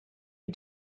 you